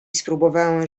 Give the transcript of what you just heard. spróbowałem